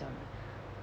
这样 leh